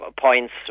points